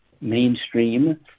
mainstream